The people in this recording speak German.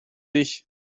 dich